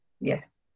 yes